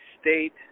state